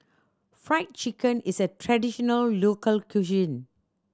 Fried Chicken is a traditional local cuisine